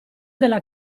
della